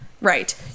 right